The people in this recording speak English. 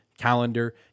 calendar